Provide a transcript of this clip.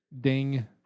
Ding